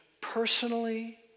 personally